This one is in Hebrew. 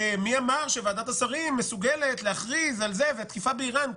מי אמר שוועדת השרים מסוגלת להכריז על תקיפה באירן,